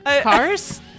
Cars